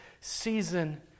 season